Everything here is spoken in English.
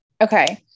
Okay